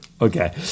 Okay